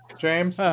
James